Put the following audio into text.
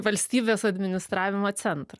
valstybės administravimo centrą